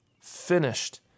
finished